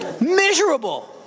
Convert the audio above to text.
miserable